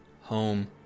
home